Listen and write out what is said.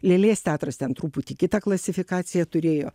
lėlės teatras ten truputį kitą klasifikaciją turėjo